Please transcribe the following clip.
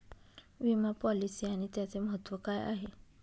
विमा पॉलिसी आणि त्याचे महत्व काय आहे?